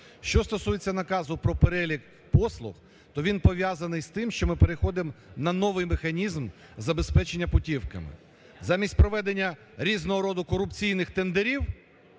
Що стосується наказу про перелік послуг? То він пов'язаний з тим, що ми переходимо на новий механізм забезпечення путівками. Замість проведення різного роду корупційних тендерів,